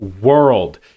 world